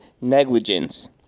negligence